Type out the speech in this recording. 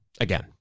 again